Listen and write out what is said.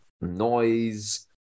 noise